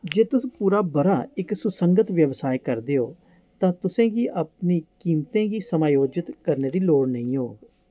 जे तुस पूरा ब'रा इक सुसंगत व्यवसाय करदे ओ तां तुसें गी अपनी कीमतें गी समायोजत करने दी लोड़ नेईं होग